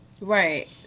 Right